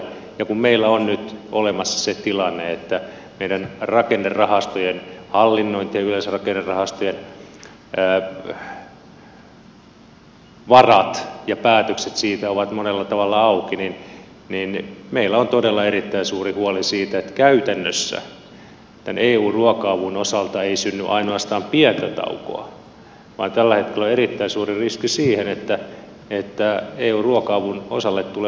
ja kun meillä on nyt olemassa se tilanne että meidän rakennerahastojen hallinnointi ja yleensä rakennerahastojen varat ja päätökset siitä ovat monella tavalla auki niin meillä on todella erittäin suuri huoli siitä että käytännössä tämän eun ruoka avun osalta ei synny ainoastaan pientä taukoa vaan tällä hetkellä on erittäin suuri riski siihen että eun ruoka avun osalle tulee lähes vuoden tauko